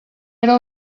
era